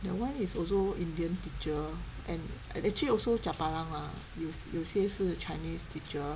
that one is also indian teacher and actually also chapalang ah 有有些是 chinese teacher